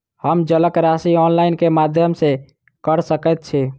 हम जलक राशि ऑनलाइन केँ माध्यम सँ कऽ सकैत छी?